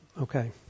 Okay